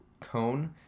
cone